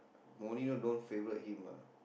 Maurinho don't favorite him lah